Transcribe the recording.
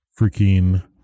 freaking